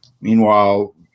Meanwhile